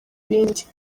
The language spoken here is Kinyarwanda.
bindi